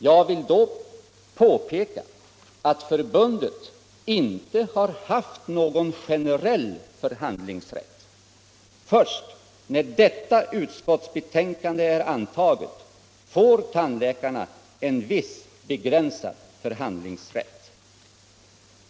Jag vill då påpeka att förbundet inte har haft någon generell förhandlingsrätt. Först när detta utskottsbetänkande är antaget får tandläkarna en viss begränsad förhandlingsrätt.